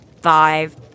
five